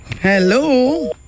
Hello